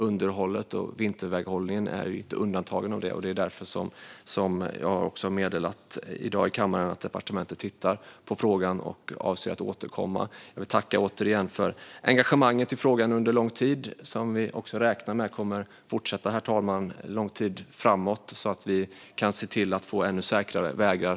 Underhållet och vinterväghållningen är inga undantag, och det är därför som jag också har meddelat i dag i kammaren att departementet tittar på frågan och avser att återkomma. Jag vill återigen tacka för engagemanget i frågan under lång tid. Vi räknar med att det kommer att fortsätta under lång tid framåt, herr talman, så att vi kan se till att få ännu säkrare vägar.